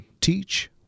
teach